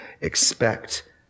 expect